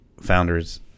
founders